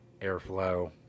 airflow